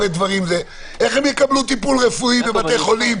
איך יקבלו טיפול רפואי בבתי חולים.